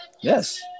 Yes